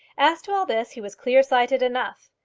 as to all this he was clear-sighted enough.